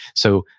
so,